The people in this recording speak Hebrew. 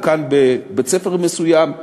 או כאן בבית-ספר מסוים,